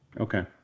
Okay